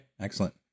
Excellent